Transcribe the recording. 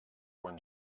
quan